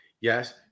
yes